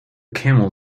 camel